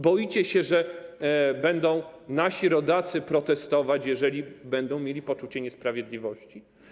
Boicie się, że nasi rodacy będą protestować, jeżeli będą mieli poczucie niesprawiedliwości?